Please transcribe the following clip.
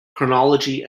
chronology